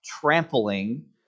trampling